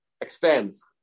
expands